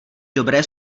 dobré